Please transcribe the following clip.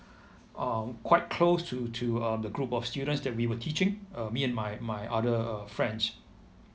uh quite close to to uh the group of students that we were teaching uh me and my my other uh friends